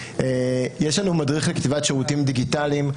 יש לנו מדריך לכתיבת שירותים דיגיטליים,